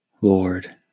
Lord